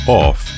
off